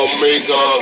Omega